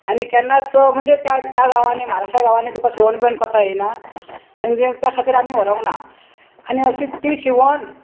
आनी केन्नाच म्हणजे त्या त्या गांवांनी महाराष्ट्रा गांवांनी तुका शिवण बिवण कोताय येना आनी त्या खातीर आमी व्हरोंक ना आनी अशी ती शिंवण